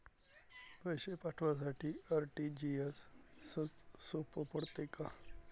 पैसे पाठवासाठी आर.टी.जी.एसचं सोप पडते का?